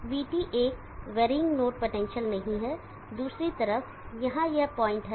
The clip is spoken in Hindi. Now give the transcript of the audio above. vT एक वेरी करती हुई नोड पोटेंशियल नहीं है दूसरी तरफ यहाँ यह पॉइंट है